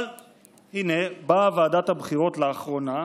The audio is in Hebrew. אבל הינה, באה ועדת הבחירות לאחרונה,